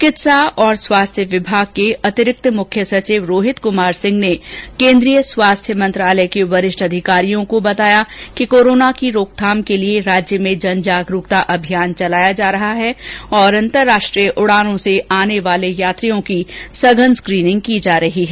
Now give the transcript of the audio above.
चिकित्सा और स्वास्थ्य विभाग के अतिरिक्त मुख्य सचिव रोहित कुमार सिंह ने केन्द्रीय स्वास्थ्य मंत्रालय के वरिष्ठ अधिकारियों को बताया कि कोरोना की रोकथाम के लिये राज्य में जन जागरूकता अभियान चलाया जा रहा है तथा अंतर्राष्ट्रीय उड़ानों से आने वाले यात्रियों की संघन स्क्रीनिंग की जा रही है